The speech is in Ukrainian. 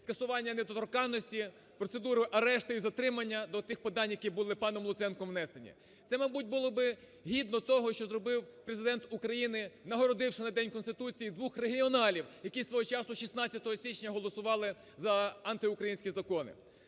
скасування недоторканності, процедуру арешту і затримання до тих питань, які були паном Луценком внесені. Це, мабуть, було б гідно того, що зробив Президент України, нагородивши на День Конституції двох регіоналів, які свого часу 16 січня голосували за антиукраїнські закони.